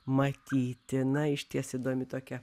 matyti na išties įdomi tokia